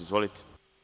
Izvolite.